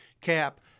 cap